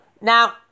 now